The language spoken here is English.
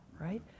right